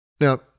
Now